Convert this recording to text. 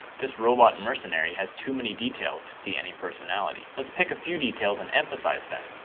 this robot mercenary has too many details to see any personality. let's pick a few details and emphasize them.